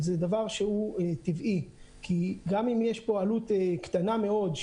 זה דבר שהוא טבעי כי גם אם יש פה עלות קטנה מאוד,